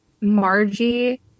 margie